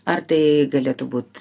ar tai galėtų būt